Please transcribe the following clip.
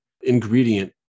ingredient